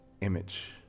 image